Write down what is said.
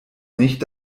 nicht